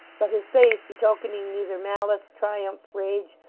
but his face betokening neither malice, triumph, rage,